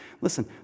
listen